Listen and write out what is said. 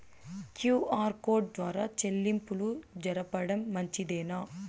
QR code ద్వారా చెల్లింపులు జరపడం మంచిదేనా?